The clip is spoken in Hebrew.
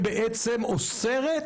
בעצם, מדינת ישראל אוסרת,